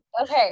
okay